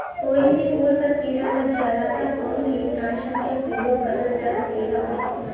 कोई भी फूल पर कीड़ा लग जाला त कवन कीटनाशक क प्रयोग करल जा सकेला और कितना?